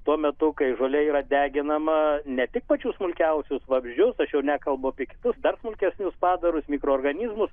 tuo metu kai žolė yra deginama ne tik pačius smulkiausius vabzdžius aš jau nekalbu tik dar smulkesnius padarus mikroorganizmus